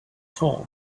torn